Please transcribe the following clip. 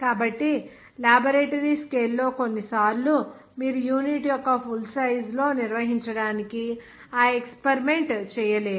కాబట్టి laboratory scale లో కొన్నిసార్లు మీరు యూనిట్ యొక్క ఫుల్ సైజు లో నిర్వహించడానికి ఆ ఎక్స్పరిమెంట్ చేయలేరు